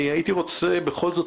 אני הייתי רוצה בכל זאת,